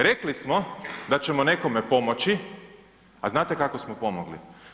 Rekli smo da ćemo nekome pomoći, a znate kako smo pomogli?